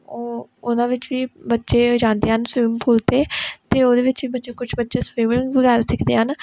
ਉਹ ਉਹਨਾਂ ਵਿੱਚ ਵੀ ਬੱਚੇ ਜਾਂਦੇ ਹਨ ਸਵਿਮਿੰਗ ਪੂਲ 'ਤੇ ਅਤੇ ਉਹਦੇ ਵਿਚ ਵੀ ਬੱਚੇ ਕੁਛ ਬੱਚੇ ਸਵੀਮਿੰਗ ਵਗੈਰਾ ਸਿੱਖਦੇ ਹਨ